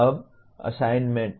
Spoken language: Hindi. अब असाइनमेंट